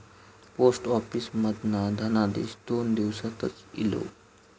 post office मधना धनादेश दोन दिवसातच इलो